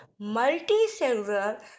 multicellular